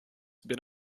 been